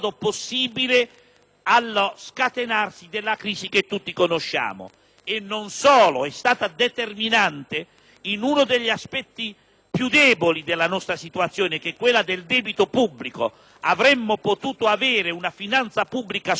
allo scatenarsi della crisi che tutti conosciamo. E non solo. È stata determinante in uno degli aspetti più deboli della nostra situazione, quella del debito pubblico. Avremmo potuto avere una finanza pubblica fuori controllo